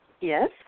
Yes